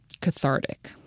cathartic